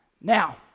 Now